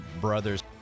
Brothers